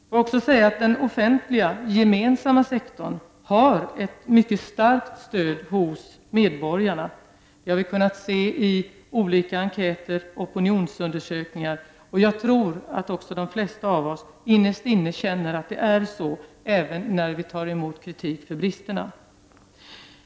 Låt mig också säga att den offentliga, gemensamma sektorn har ett mycket starkt stöd hos medborgarna — det har vi kunnat se i olika enkäter och opinionsundersökningar, och jag tror att också de flesta av oss innerst inne känner att det är så även när vi tar emot kritik för bristerna.